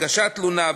הגשת תלונה,